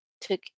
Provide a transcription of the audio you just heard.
took